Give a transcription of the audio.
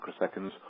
microseconds